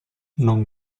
non